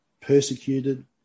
persecuted